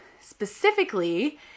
specifically